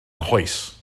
nghoes